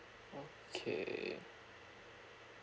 okay